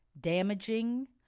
damaging